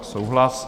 Souhlas.